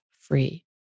free